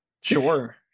Sure